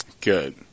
Good